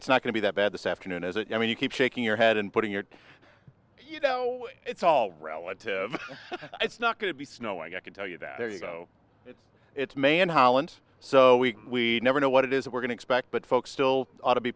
it's not going to be that bad this afternoon as i mean you keep shaking your head and putting your you know it's all relative it's not going to be snowing i can tell you that there you go it's it's may and holland so we never know what it is we're going to expect but folks still ought to be